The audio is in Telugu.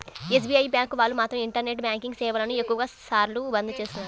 ఎస్.బీ.ఐ బ్యాంకు వాళ్ళు మాత్రం ఇంటర్నెట్ బ్యాంకింగ్ సేవలను ఎక్కువ సార్లు బంద్ చేస్తున్నారు